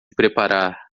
preparar